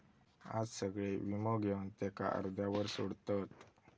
आज सगळे वीमो घेवन त्याका अर्ध्यावर सोडतत